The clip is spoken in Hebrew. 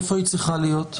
איפה היא צריכה להיות?